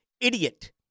idiot